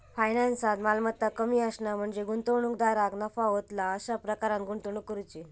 फायनान्सात, मालमत्ता कमी असणा म्हणजे गुंतवणूकदाराक नफा होतला अशा प्रकारान गुंतवणूक करुची